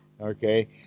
okay